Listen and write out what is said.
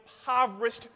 impoverished